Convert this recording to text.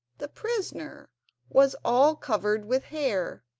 the prisoner was all covered with hair,